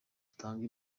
rutanga